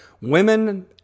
women